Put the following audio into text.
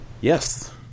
Yes